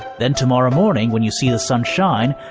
then tomorrow morning, when you see the sun shine,